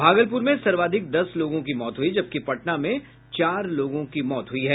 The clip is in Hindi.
भागलपुर में सर्वाधिक दस लोगों की मौत हुई जबकि पटना में चार लोगों की मौत हुई है